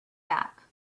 back